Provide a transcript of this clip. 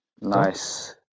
nice